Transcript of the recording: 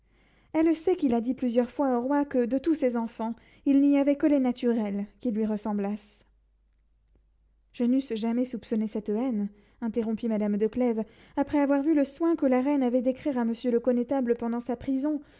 elle sait qu'il a dit plusieurs fois au roi que de tous ses enfants il n'y avait que les naturels qui lui ressemblassent je n'eusse jamais soupçonné cette haine interrompit madame de clèves après avoir vu le soin que la reine avait d'écrire à monsieur le connétable pendant sa prison